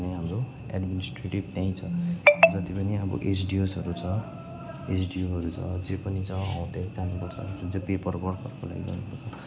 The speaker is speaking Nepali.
किन भने हाम्रो एडमिनिसट्रेटिभ त्याहि छ जतिपनि एसडियोजहरू छ एसडियोहरू छ जे पनि छ हो त्यहीँ जानुपर्छ जुन चाहिँ पेपरवर्कहरूको लागि जानु पर्छ